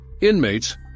Inmates